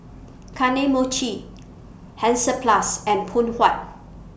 Kane Mochi Hansaplast and Poon Huat